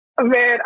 Man